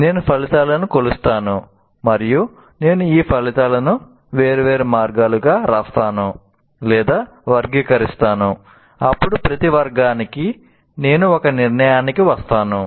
నేను ఫలితాలను కొలుస్తాను మరియు నేను ఈ ఫలితాలను వేర్వేరు వర్గాలుగా వ్రాస్తాను వర్గీకరిస్తాను అప్పుడు ప్రతి వర్గానికి నేను ఒక నిర్ణయానికి వస్తాను